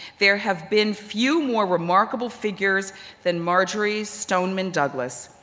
there have been few more remarkable figures than marjory stoneman douglas.